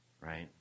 right